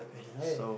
so